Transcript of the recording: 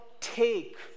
take